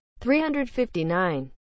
359